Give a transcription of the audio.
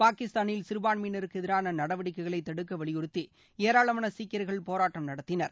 பாகிஸ்தானில் சிறுபான்மையினருக்கு எதிரான நடவடிக்கைகளை தடுக்க வலியுறுத்தி ஏராளமாள சீக்கியர்கள் போராட்டம் நடத்தினர்